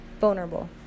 vulnerable